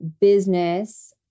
business